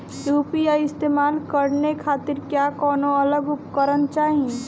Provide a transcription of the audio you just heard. UPI इस्तेमाल करने खातिर क्या कौनो अलग उपकरण चाहीं?